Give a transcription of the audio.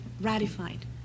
ratified